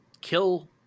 kill